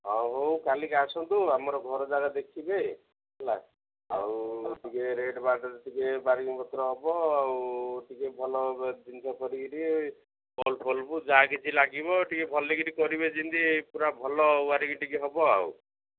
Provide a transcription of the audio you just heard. ହଉ ହଉ କାଲିକି ଆସନ୍ତୁ ଆମର ଘର ଯାକ ଦେଖିବେ ହେଲା ଆଉ ଟିକେ ରେଟ୍ ବାଟରେ ଟିକେ ବାର୍ଗେନିଂ ପତ୍ର ହବ ଆଉ ଟିକେ ଭଲ ଜିନିଷ କରିକିରିି ବଲ୍ବ୍ ଫଲ୍ବ୍ ଯାହା କିଛି ଲାଗିବ ଟିକେ ଭଲକିରି କରିବେ ଯେମିତି ପୁରା ଭଲ ୱାରିଂ ଟିକେ ହବ ଆଉ